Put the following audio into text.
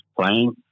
playing